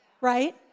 Right